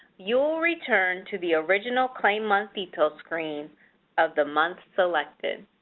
you will return to the original claim month details screen of the month selected.